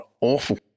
awful